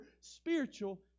spiritual